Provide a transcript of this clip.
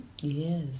Yes